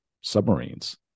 submarines